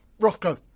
Rothko